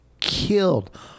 killed